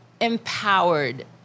empowered